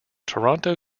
toronto